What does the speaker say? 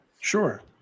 Sure